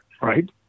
Right